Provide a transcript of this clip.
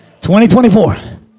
2024